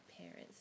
parents